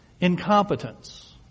incompetence